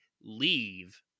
leave